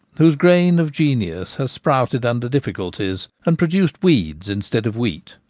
whose grain of genius has sprouted under dif acuities, and produced weeds instead of wheat.